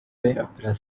opération